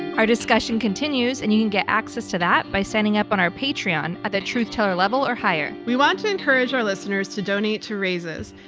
our discussion continues and you can get access to that by signing up on our patreon at the truth teller level or higher. we want to encourage our listeners to donate to raices,